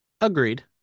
agreed